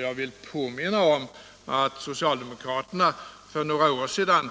Jag vill också påminna om att socialdemokraterna för några år sedan